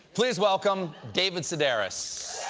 please welcome david sedaris.